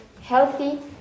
healthy